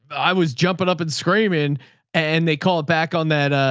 i was jumping up and screaming and they call it back on that,